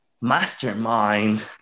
mastermind